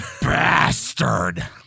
bastard